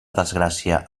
desgràcia